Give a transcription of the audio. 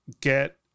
get